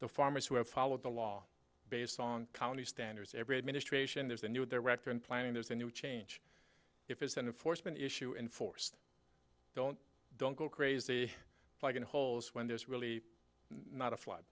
the farmers who have followed the law based on county standards every administration there's a new director and planning there's a new change if it's an foresman issue and forced don't don't go crazy like a holes when there's really not a fl